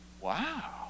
Wow